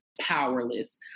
powerless